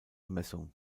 messung